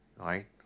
right